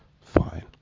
fine